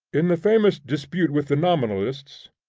in the famous dispute with the nominalists,